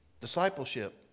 discipleship